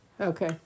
Okay